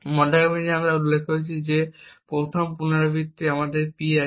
মনে রাখবেন যে আমরা উল্লেখ করেছি যে প্রথম পুনরাবৃত্তিতে আমাদের কাছে P আছে